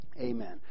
Amen